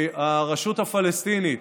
הרשות הפלסטינית